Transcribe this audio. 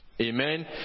amen